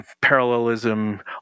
parallelism